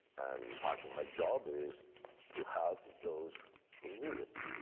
part of my job is to help those who need it.